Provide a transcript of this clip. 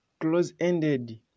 close-ended